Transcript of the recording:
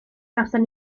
gawson